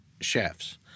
chefs